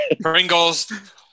Pringles